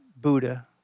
Buddha